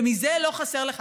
ומזה לא חסר לך,